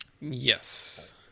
Yes